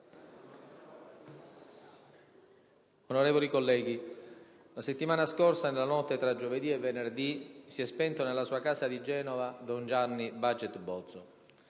Onorevoli colleghi, la scorsa settimana, nella notte tra giovedì e venerdì, si è spento nella sua casa di Genova don Gianni Baget Bozzo.